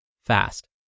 fast